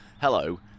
hello